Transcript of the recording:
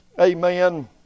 Amen